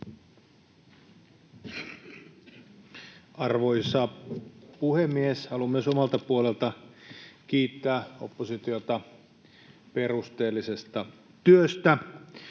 Arvoisa puhemies! Haluan myös omalta puolelta kiittää oppositiota perusteellisesta työstä.